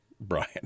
Brian